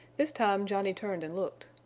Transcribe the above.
this time johnny turned and looked.